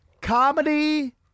comedy